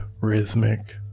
rhythmic